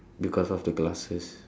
because of the glasses